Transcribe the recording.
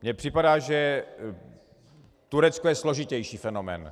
Mně připadá, že Turecko je složitější fenomén.